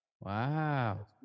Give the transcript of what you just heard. Wow